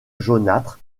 jaunâtre